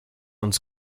uns